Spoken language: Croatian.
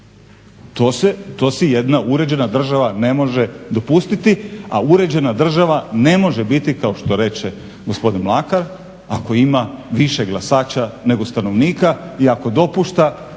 To si jedna uređena država ne može dopustiti, a uređena država ne može biti kao što reče gospodin Mlakar, ako ima više glasača nego stanovnika i ako dopušta da